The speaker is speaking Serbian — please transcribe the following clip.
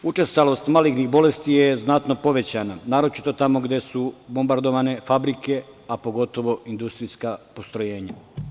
Učestalost malignih bolesti je znatno povećana, naročito tamo gde su bombardovane fabrike, a pogotovo industrijska postrojenja.